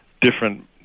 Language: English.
different